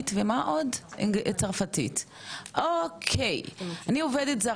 אוקי, אני עובדת זרה, מה אני בוחרת אנגלית?